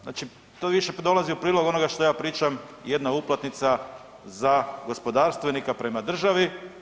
Znači tu više dolazi u prilog onoga što ja pričam, jedna uplatnica za gospodarstvenika prema državi.